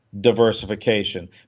Diversification